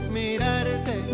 mirarte